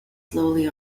slowly